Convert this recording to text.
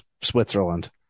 Switzerland